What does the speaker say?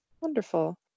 wonderful